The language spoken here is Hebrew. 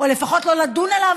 או לפחות לא לדון עליו,